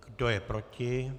Kdo je proti?